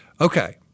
Okay